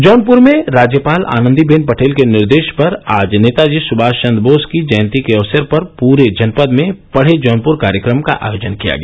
जौनपुर में राज्यपाल आनन्दी बेन पटेल के निर्देश पर आज नेताजी सुभा चन्द्र बोस की जयंती के अवसर पर पूरे जनपद में पढ़े जौनपुर कार्यक्रम का आयोजन किया गया